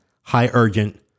high-urgent